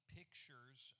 pictures